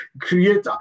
creator